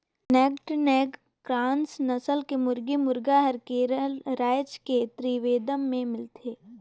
naked neck cross नसल के मुरगी, मुरगा हर केरल रायज के त्रिवेंद्रम में मिलथे